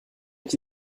est